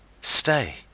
Stay